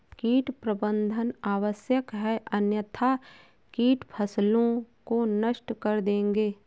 कीट प्रबंधन आवश्यक है अन्यथा कीट फसलों को नष्ट कर देंगे